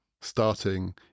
starting